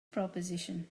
proposition